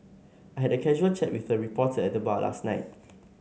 I had a casual chat with a reporter at the bar last night